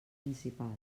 principals